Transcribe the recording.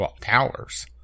towers